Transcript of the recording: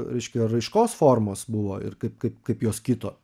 reiškia raiškos formos buvo ir kaip kaip kaip jos kito